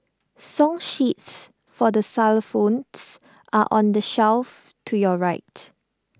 song sheets for the xylophones are on the shelf to your right